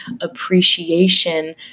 appreciation